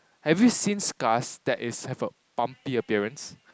have you seen scars that is have a bumpy appearance